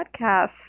podcast